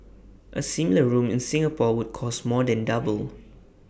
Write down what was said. A similar room in Singapore would cost more than double